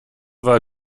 war